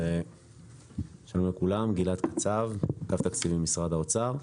אני מאגף תקציבים במשרד האוצר.